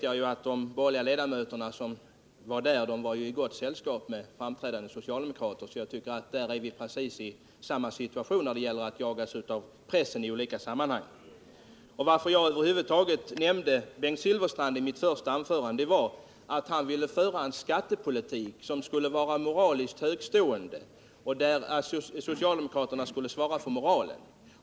Jag vet att de borgerliga ledamöterna i detta fall var i gott sällskap med framträdande socialdemokrater. När det gäller att i olika sammanhang bli jagade av pressen befinner vi oss i precis samma situation. Anledningen till att jag över huvud taget nämnde Bengt Silfverstrand i mitt första anförande var att han ville föra en skattepolitik, som skulle vara moraliskt högtstående; socialdemokraterna skulle svara för moralen.